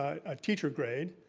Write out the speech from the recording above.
a teacher grade,